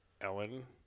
Ellen